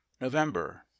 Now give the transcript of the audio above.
november